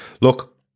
look